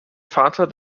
vater